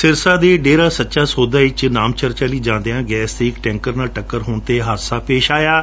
ਸਿਰਸਾ ਦੇ ਡੇਰਾ ਸੱਚਾ ਸੌਦਾ ਵਿਚ ਨਾਮਚਰਚਾ ਲਈ ਜਾਂਦਿਆਂ ਗੈਸ ਦੇ ਇੱਕ ਟੈਂਕਰ ਨਾਲ ਟੱਕਰ ਹੋਣ ਤੇ ਇਹ ਹਾਦਸਾ ਫਾਪਰਿਆ ਹੈ